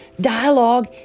dialogue